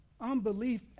Unbelief